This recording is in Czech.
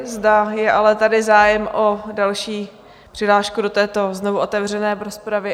Zda je ale tady zájem o další přihlášku do této znovu otevřené rozpravy?